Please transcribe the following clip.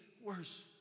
worse